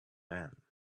man